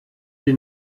sie